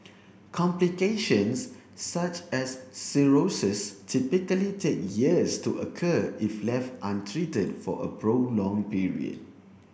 complications such as cirrhosis typically take years to occur if left untreated for a prolonged period